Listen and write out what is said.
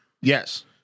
Yes